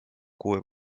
kuue